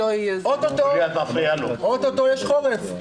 דבר שני, אוטוטו יש חורף.